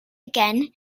again